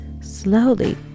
slowly